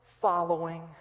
following